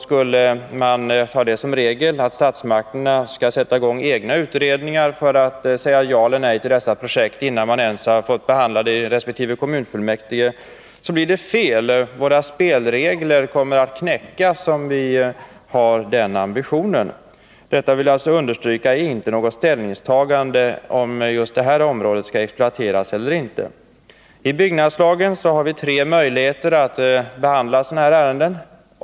Skulle vi ta som regel att statsmakterna skulle sätta i gång olika utredningar för att säga ja eller nej till dessa projekt innan man ens har fått behandla dem i resp. kommunfullmäktige blir det fel. Våra spelregler kommer att knäckas om vi har den ambitionen. Detta — jag vill understryka det — är inte något ställningstagande till huruvida just det här området skall exploateras eller inte. I byggnadslagen anges tre möjligheter för att behandla sådana här ärenden.